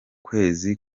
kwezi